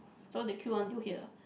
so they queue until here